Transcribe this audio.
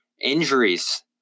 injuries